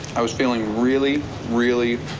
i was feeling really, really,